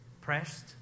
pressed